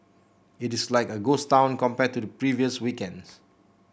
it is like a ghost town compared to the previous weekends